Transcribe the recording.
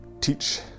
teach